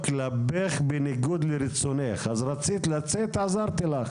כלפייך בניגוד לרצונך אז רצית לצאת עזרתי לך.